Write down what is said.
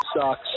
sucks